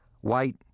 white